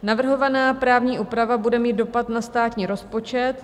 Navrhovaná právní úprava bude mít dopad na státní rozpočet.